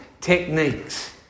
techniques